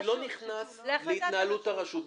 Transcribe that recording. אני לא נכנס להתנהלות הרשות.